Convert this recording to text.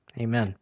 Amen